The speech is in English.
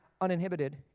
uninhibited